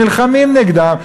נלחמים נגדם,